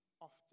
often